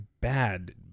bad